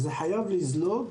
זה חייב לזלוג